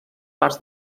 parts